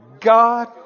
God